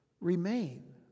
remain